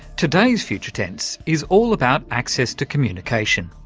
today's future tense is all about access to communication,